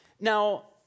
Now